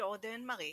ג'ורדין מארי